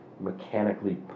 mechanically